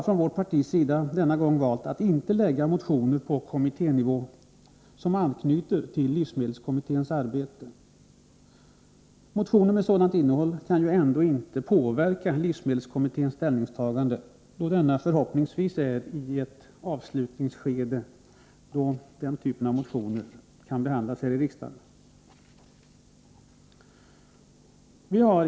Från vårt partis sida har vi denna gång valt att inte väcka sådana motioner som anknyter till livsmedelskommitténs arbete. Motioner med sådant innehåll kan ju ändå inte påverka livsmedelskommitténs ställningstagande, då denna — förhoppningsvis — befinner sig i ett avslutningsskede när den typen av motioner behandlas här i riksdagen.